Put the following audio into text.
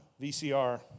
VCR